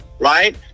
Right